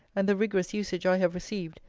and the rigorous usage i have received,